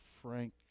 Frank